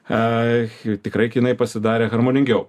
ah tikrai kinai pasidarė harmoningiau